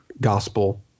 gospel